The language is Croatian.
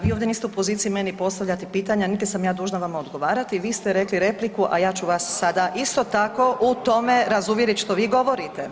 Vi ovdje niste u poziciji meni postavlja pitanja, niti sam ja dužna vama odgovarati, vi ste rekli repliku, a ja ću vas sada isto tako u tome razuvjeriti što vi govorite.